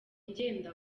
ngenda